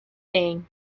thing